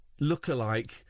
lookalike